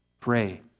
pray